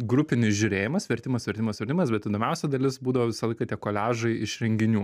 grupinis žiūrėjimas vertimas vertimas vertimas bet įdomiausia dalis būdavo visą laiką tie koliažai iš renginių